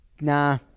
nah